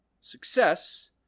Success